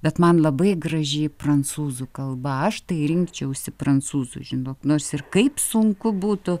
bet man labai graži prancūzų kalba aš tai rinkčiausi prancūzų žinok nors ir kaip sunku būtų